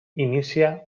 inicia